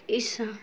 اس